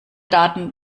daten